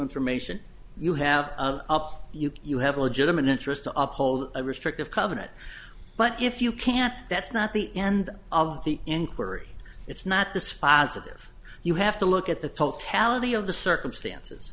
information you have of you you have a legitimate interest to uphold a restrictive covenant but if you can't that's not the end of the inquiry it's not dispositive you have to look at the totality of the circumstances